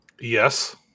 Yes